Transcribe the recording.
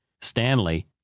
Stanley